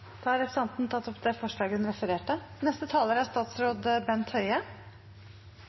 Da har representanten Kari Elisabeth Kaski tatt opp de forslag hun refererte